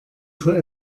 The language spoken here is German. für